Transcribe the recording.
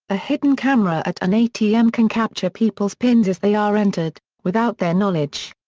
a hidden camera at an atm can capture people's pins as they are entered, without their knowledge.